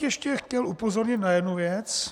Ještě bych chtěl upozornit na jednu věc.